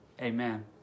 Amen